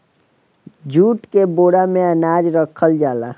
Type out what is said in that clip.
jute के बोरा में अनाज रखल जाला